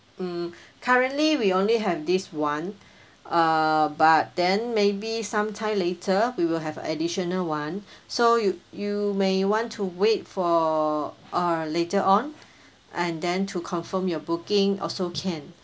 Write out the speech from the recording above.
mm currently we only have this one uh but then maybe some time later we will have additional one so you you may want to wait for err later on and then to confirm your booking also can